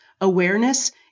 awareness